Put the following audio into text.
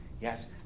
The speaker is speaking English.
yes